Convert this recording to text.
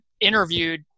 interviewed